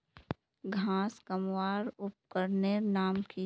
घांस कमवार उपकरनेर नाम की?